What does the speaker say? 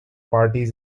parties